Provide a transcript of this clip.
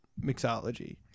Mixology